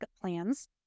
plans